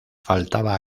faltaba